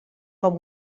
com